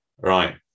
right